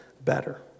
better